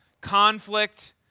conflict